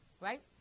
right